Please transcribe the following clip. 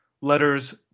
letters